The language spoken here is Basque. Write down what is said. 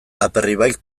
aperribaik